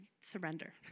surrender